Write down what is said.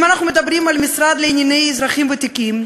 אם אנחנו מדברים על המשרד לאזרחים ותיקים,